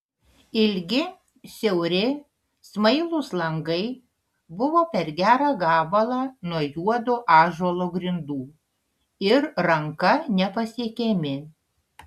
ilgi siauri smailūs langai buvo per gerą gabalą nuo juodo ąžuolo grindų ir ranka nepasiekiami